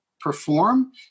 perform